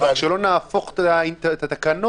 מעבר לזה נראה את זה בהגדרת סוכה, שמופיעה בתקנות